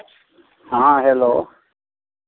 हाँ हेलो